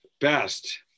Best